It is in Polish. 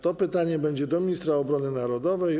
To pytanie będzie do ministra obrony narodowej.